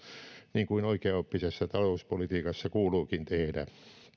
niin kuin oikeaoppisessa talouspolitiikassa kuuluukin tehdä